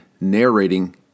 narrating